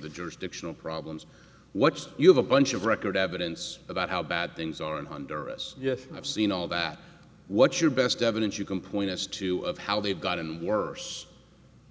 the jurisdictional problems what you have a bunch of record evidence about how bad things are in under us yes i've seen all that what's your best evidence you can point us to of how they've gotten worse